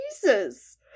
Jesus